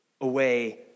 away